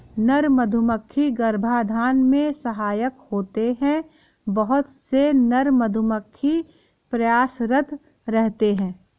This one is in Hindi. नर मधुमक्खी गर्भाधान में सहायक होते हैं बहुत से नर मधुमक्खी प्रयासरत रहते हैं